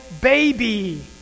baby